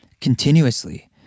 continuously